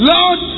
Lord